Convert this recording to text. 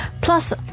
Plus